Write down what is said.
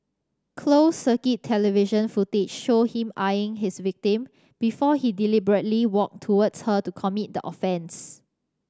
closed circuit television footage showed him eyeing his victim before he deliberately walked towards her to commit the offence